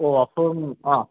O അപ്പം ആ